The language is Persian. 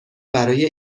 برای